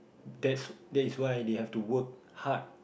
that's that is why they have to work hard